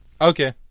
Okay